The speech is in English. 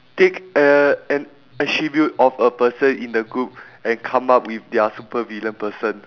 take a an attribute of a person in the group and come up with their super villain person